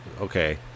Okay